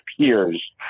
peers